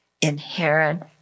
inherent